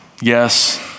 Yes